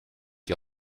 die